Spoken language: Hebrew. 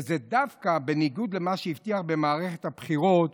וזה דווקא בניגוד למה שהבטיח במערכת הבחירות,